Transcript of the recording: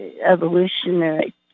evolutionary